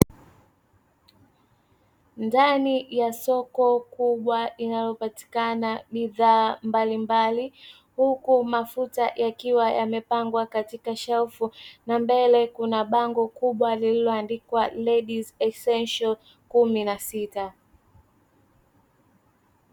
Ndani ya soko kubwa zinazopatikana bidhaa mbalimbali huku mafuta yakiwa yamepangwa katika shelfu na mbele kuna bango kubwa lililoandikwa "Ladies Essential 16".